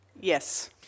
yes